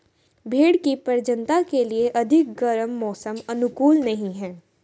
भेंड़ की प्रजननता के लिए अधिक गर्म मौसम अनुकूल नहीं है